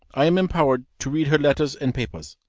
i am empowered to read her letters and papers,